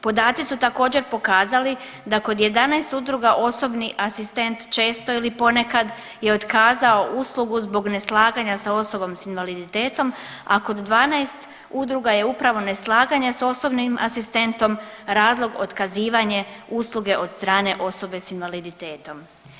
Podaci su također pokazali da kod 11 udruga osobni asistent često ili ponekad je otkazao uslugu zbog neslaganja sa osobom s invaliditetom, a kod 12 udruga je upravo neslaganje s osobnim asistentom razlog otkazivanje usluge od strane osobe s invaliditetom.